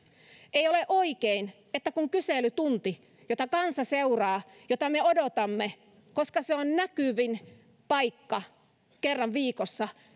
ei ole oikein että kun on kyselytunti jota kansa seuraa ja jota me odotamme koska se on näkyvin paikka kerran viikossa